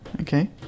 Okay